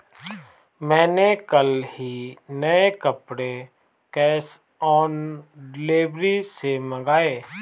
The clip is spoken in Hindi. मैंने कल ही नए कपड़े कैश ऑन डिलीवरी से मंगाए